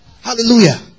Hallelujah